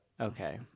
Okay